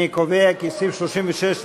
אני קובע כי סעיף 36,